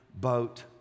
boat